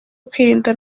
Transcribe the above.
kwirinda